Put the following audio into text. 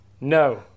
no